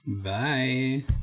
bye